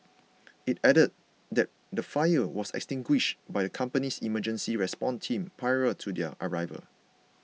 it added that the fire was extinguished by the company's emergency response team prior to their arrival